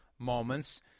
moments